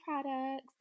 products